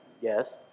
Yes